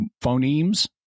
phonemes